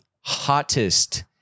hottest